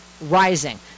rising